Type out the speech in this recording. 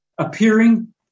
appearing